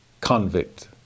convict